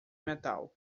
metal